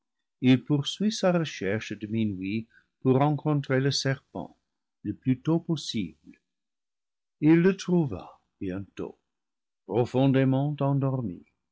et rampant il poursuit sa recherche de minuit pour rencontrer le serpent le plus tôt possible il le trouva bientôt profondément endormi